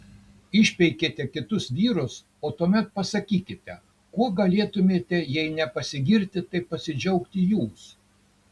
išpeikėte kitus vyrus o tuomet pasakykite kuo galėtumėte jei ne pasigirti tai pasidžiaugti jūs